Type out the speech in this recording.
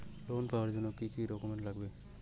Loan পাওয়ার জন্যে কি কি ডকুমেন্ট লাগবে?